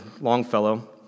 Longfellow